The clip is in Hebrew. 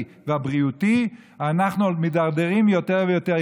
והבריאותי אנחנו מידרדרים יותר ויותר.